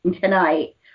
tonight